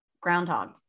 groundhog